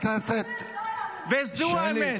וזו האמת.